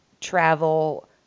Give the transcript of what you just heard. travel